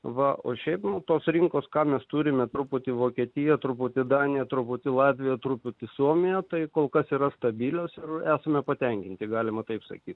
va o šiaip tos rinkos ką mes turime truputį vokietija truputį danija truputį latvija truputį suomijos tai kol kas yra stabilios ir esame patenkinti galima taip sakyti